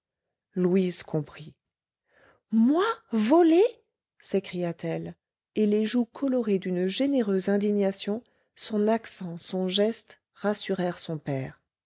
louise comprit moi voler s'écria-t-elle et les joues colorées d'une généreuse indignation son accent son geste rassurèrent son père